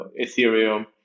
Ethereum